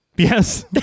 yes